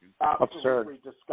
Absurd